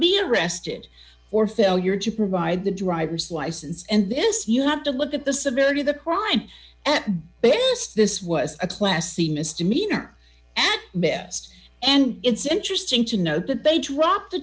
be arrested for failure to provide the driver's license and this you have to look at the severity of the crime at best this was a class c misdemeanor at best and it's interesting to note that they dropped the